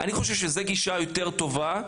אני חושב שזו גישה יותר טובה,